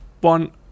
one